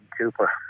Cooper